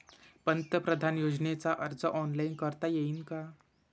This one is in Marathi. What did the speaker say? पंतप्रधान योजनेचा अर्ज ऑनलाईन करता येईन का?